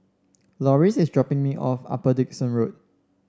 Loris is dropping me off Upper Dickson Road